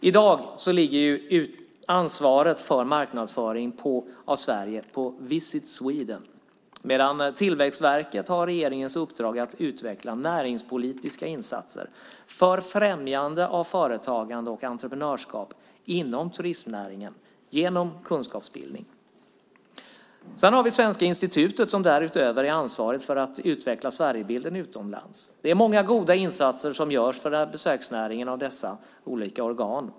I dag ligger ansvaret för marknadsföring av Sverige på Visit Sweden, medan Tillväxtverket har regeringens uppdrag att utveckla näringspolitiska insatser för främjande av företagande och entreprenörskap inom turistnäringen genom kunskapsbildning. Sedan har vi Svenska institutet som därutöver är ansvarigt för att utveckla Sverigebilden utomlands. Det är många goda insatser som görs för besöksnäringen av dessa olika organ.